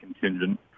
contingent